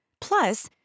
Plus